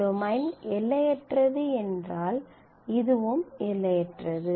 domain எல்லையற்றது என்றால் இதுவும் எல்லையற்றது